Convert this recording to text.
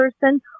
person